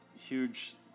huge